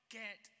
get